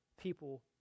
people